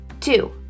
Two